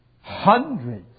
Hundreds